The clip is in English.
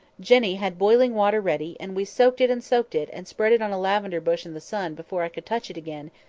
jenny had boiling water ready, and we soaked it and soaked it, and spread it on a lavender bush in the sun before i could touch it again,